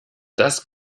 das